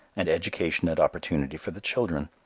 and education and opportunity for the children.